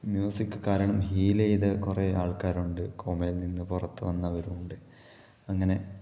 music കാരണം heal ചെയ്ത കുറെ ആള്ക്കാരുണ്ട് കോമയിൽ നിന്ന് പുറത്ത് വന്നവരുണ്ട് അങ്ങനെ